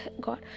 god